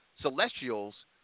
celestials